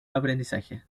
aprendizaje